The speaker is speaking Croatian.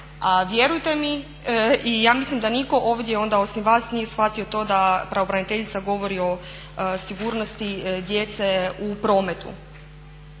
A vjerujete mi i ja mislim da nitko ovdje onda osim vas nije shvatio to da pravobraniteljica govori o sigurnosti djece u prometu.